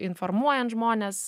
informuojant žmones